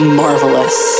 marvelous